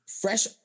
Fresh